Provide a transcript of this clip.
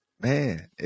Man